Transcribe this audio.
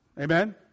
Amen